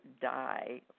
die